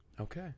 okay